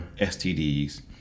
STDs